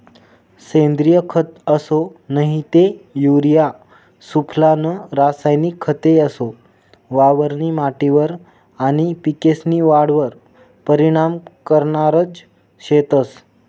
सेंद्रिय खत असो नही ते युरिया सुफला नं रासायनिक खते असो वावरनी माटीवर आनी पिकेस्नी वाढवर परीनाम करनारज शेतंस